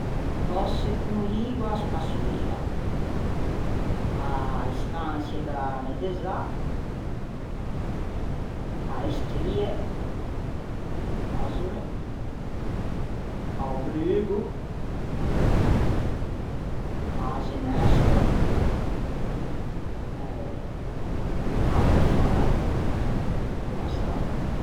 Cöse conlîgo a-a spassoia, a-e stançie da nettezzâ, a-e strie a-e bazare, a-o brugo, a-a zenestra e a-a befana. Basta.